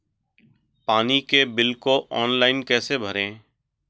पानी के बिल को ऑनलाइन कैसे भरें?